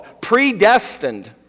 predestined